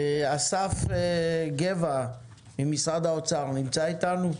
אסף גבע ממשרד האוצר נמצא אתנו?